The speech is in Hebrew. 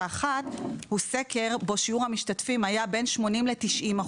הוא סקר בו שיעור המשתתפים היה בין ל-80% ל-90%.